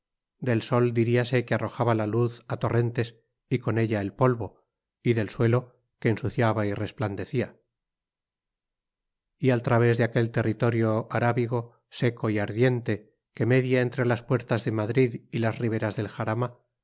del sol diríase que arrojaba la luz a torrentes y con ella el polvo y del suelo que ensuciaba y resplandecía y al través de aquel territorio arábigo seco y ardiente que media entre las puertas de madrid y las riberas del jarama